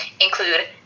include